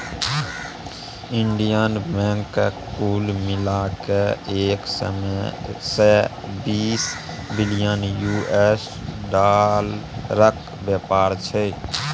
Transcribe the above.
Indian बैंकक कुल मिला कए एक सय बीस बिलियन यु.एस डालरक बेपार छै